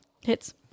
hits